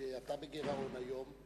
שאתה בגירעון היום,